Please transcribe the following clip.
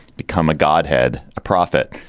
become a godhead, a prophet.